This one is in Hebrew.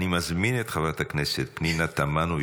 אני מזמין את חברת הכנסת פנינה תמנו,